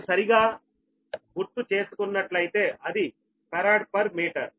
నేను సరిగా గుర్తు చేసుకున్నట్లయితే అది ఫరాడ్ పర్ మీటర్